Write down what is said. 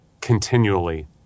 continually